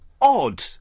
odd